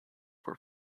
for